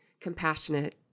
compassionate